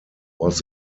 was